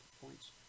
points